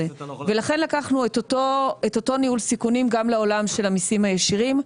ולכן לקחנו את אותו ניהול סיכונים גם לעולם של המסים הישירים,